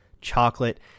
chocolate